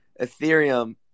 Ethereum